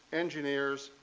engineers,